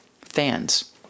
fans